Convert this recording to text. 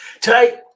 Today